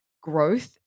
growth